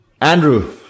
Andrew